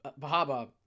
Bahaba